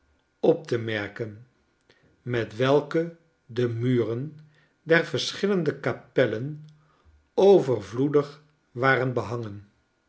op te merken met welke de muren der verschillende kapellen overvloedig waren behangen